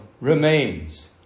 remains